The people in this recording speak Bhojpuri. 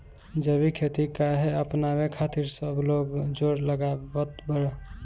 जैविक खेती काहे अपनावे खातिर सब लोग जोड़ लगावत बा?